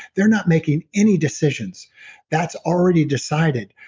they're not making any decisions that's already decided.